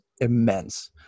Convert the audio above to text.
immense